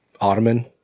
ottoman